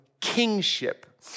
kingship